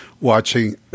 watching